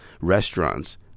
restaurants